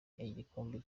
igikombe